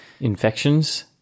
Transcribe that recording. infections